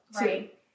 right